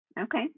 Okay